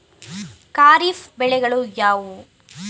ಖಾರಿಫ್ ಬೆಳೆಗಳು ಯಾವುವು?